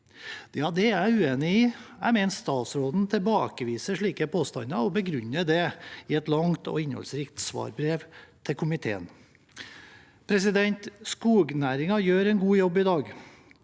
Det er jeg uenig i. Jeg mener statsråden tilbakeviser slike påstander og begrunner det i et langt og innholdsrikt svarbrev til komiteen. Skognæringen gjør en god jobb i dag